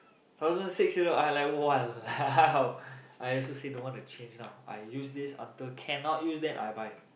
thousand six you know I like !walao! I also say don't want to change now I use this until cannot use then I buy